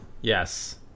Yes